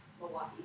Milwaukee